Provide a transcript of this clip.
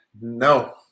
no